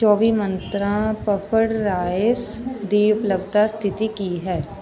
ਚੌਵੀ ਮੰਤਰਾਂ puffed rice ਦੀ ਉਪਲਬਧਤਾ ਸਥਿਤੀ ਕੀ ਹੈ